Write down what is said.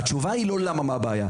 השאלה היא לא מה הבעיה.